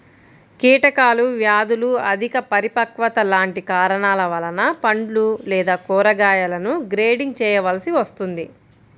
కీటకాలు, వ్యాధులు, అధిక పరిపక్వత లాంటి కారణాల వలన పండ్లు లేదా కూరగాయలను గ్రేడింగ్ చేయవలసి వస్తుంది